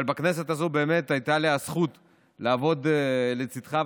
אבל בכנסת הזאת הייתה לי הזכות לעבוד לצידך,